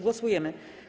Głosujemy.